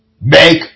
make